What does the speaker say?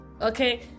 Okay